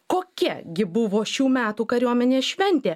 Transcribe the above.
kokia gi buvo šių metų kariuomenės šventė